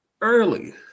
early